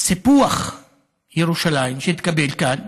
סיפוח ירושלים שהתקבל כאן,